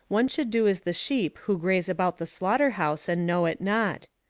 one should do as the sheep who graze about the slaughter-house and know it not.